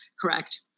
correct